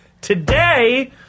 today